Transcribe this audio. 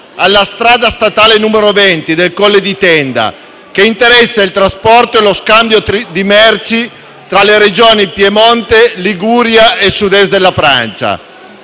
alla strada statale 20 del Colle di Tenda, che interessa il trasporto e lo scambio di merci tra le Regioni Piemonte e Liguria e il Sud-Est della Francia.